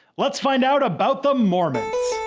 let's find out about the mormons.